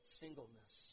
singleness